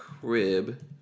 Crib